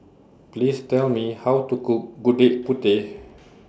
Please Tell Me How to Cook Gudeg Putih